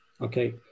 Okay